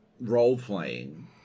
role-playing